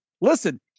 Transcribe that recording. listen